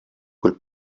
quel